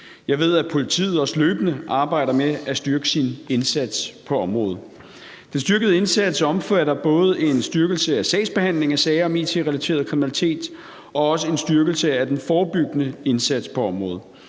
Jeg ved, at politiet også løbende arbejder med at styrke sin indsats på området. Den styrkede indsats omfatter både en styrkelse af sagsbehandlingen af sager om it-relateret kriminalitet og også en styrkelse af den forebyggende indsats på området.